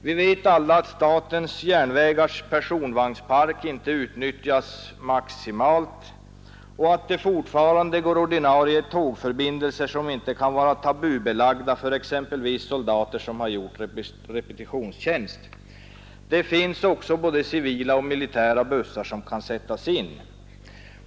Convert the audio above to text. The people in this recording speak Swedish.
Vi vet alla att statens järnvägars personvagnspark inte utnyttjas maximalt och att det fortfarande finns ordinarie tågförbindelser, som inte kan vara tabubelagda för exempelvis soldater som har gjort sin repetitionstjänst. Det finns också både civila och militära bussar som kan sättas in.